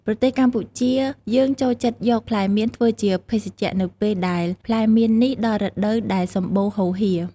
ប្រជាជនកម្ពុជាយើងចូលចិត្តយកផ្លែមៀនធ្វើជាភេសជ្ជៈ នៅពេលដែលផ្លែមៀននេះដល់រដូវដែលសម្បូរហូរហៀរ។